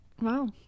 Wow